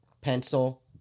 Pencil